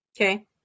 Okay